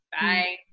Bye